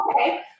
Okay